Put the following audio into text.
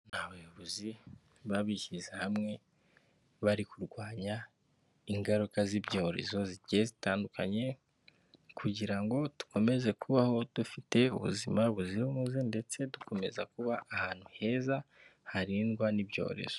Abayobozi baba bishyize hamwe bari kurwanya ingaruka z'ibyorezo zigiye zitandukanye kugira ngo dukomeze kubaho dufite ubuzima buzira umuze ndetse dukomeza kuba ahantu heza harindwa n'ibyorezo.